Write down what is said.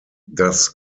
das